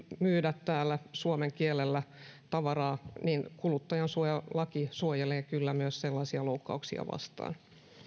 myydä täällä suomen kielellä tavaraa niin kuluttajansuojalaki suojelee kyllä myös sellaisia loukkauksia vastaan